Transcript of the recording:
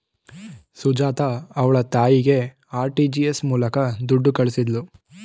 ಸುಜಾತ ಅವ್ಳ ತಾಯಿಗೆ ಆರ್.ಟಿ.ಜಿ.ಎಸ್ ಮುಖಾಂತರ ದುಡ್ಡು ಕಳಿಸಿದ್ಲು